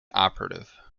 operative